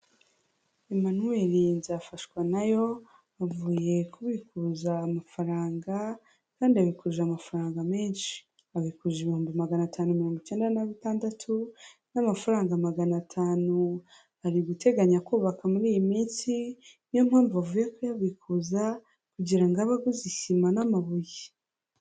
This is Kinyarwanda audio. Emmanuel Nzafashwanayo avuye kubikuza amafaranga, kandi abikuje amafaranga menshi. Abikuje ibihumbi magana atanu mirongo icyenda na bitandatu n'amafaranga magana atanu. Ari guteganya kubaka muri iyi minsi, niyo mpamvu avuye kuyabikuza, kugira ngo abe aguze isima n'amabuye.